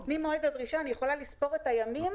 ממועד הדרישה אני יכולה לספור את הימים